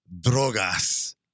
Drogas